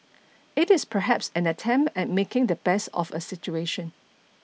it is perhaps an attempt at making the best of a situation